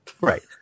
right